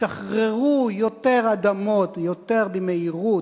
שחררו יותר אדמות יותר במהירות,